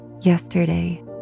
yesterday